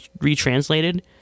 retranslated